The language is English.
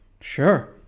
sure